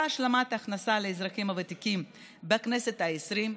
השלמת הכנסה לאזרחים הוותיקים בכנסת העשרים,